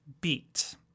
beat